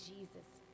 Jesus